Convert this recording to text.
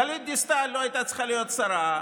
גלית דיסטל לא הייתה צריכה להיות שרה,